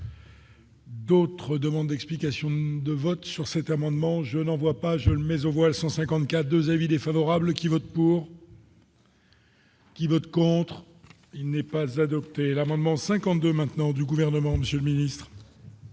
D'autres demandes d'explications de vote sur cet amendement, je n'en vois pas gel maison voilà 154 2 avis défavorables qui vote pour. Qui vote contre. Il n'est pas adopté l'amendement 52 maintenant du gouvernement Monsieur le Ministre.